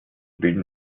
bilden